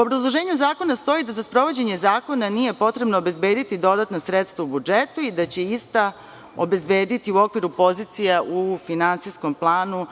obrazloženju zakona stoji da za sprovođenje zakona nije potrebno obezbediti dodatna sredstva u budžetu i da će ista obezbediti u okviru pozicija u finansijskom planu